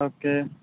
okay